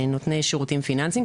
נותני שירותים פיננסיים,